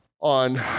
on